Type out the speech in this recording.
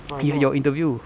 and you had your interview